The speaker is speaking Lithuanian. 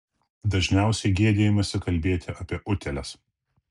dažniausiai gėdijamasi kalbėti apie utėles